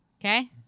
Okay